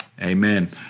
Amen